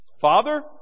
Father